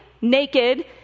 naked